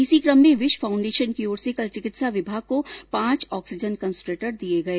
इसी क्रम में विश फाउण्डेशन की ओर से कल चिकित्सा विभाग को पांच ऑक्सीजन कंसन्ट्रेटर दिए गए